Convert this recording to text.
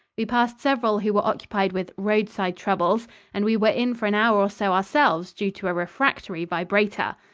we passed several who were occupied with roadside troubles and we were in for an hour or so ourselves, due to a refractory vibrator.